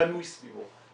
בנוי סביבו.